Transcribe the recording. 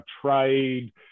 trade